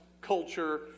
culture